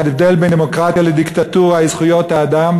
ההבדל בין דמוקרטיה לדיקטטורה הוא זכויות האדם,